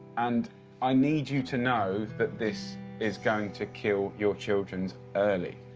and i need you to know that this is going to kill your children early.